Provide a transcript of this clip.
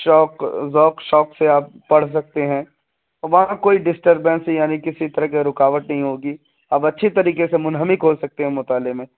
شوق ذوق شوق سے آپ پڑھ سکتے ہیں وہاں کوئی ڈسٹربینس یعنی کسی طرح کی رکاوٹ نہیں ہوگی آپ اچھی طریقے سے منہمک ہو سکتے ہیں مطالعے میں